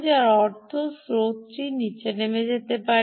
যার অর্থ স্রোতটি নিচে নেমে যেতে পারে